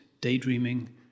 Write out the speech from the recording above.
daydreaming